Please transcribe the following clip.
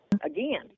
Again